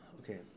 Okay